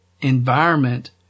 environment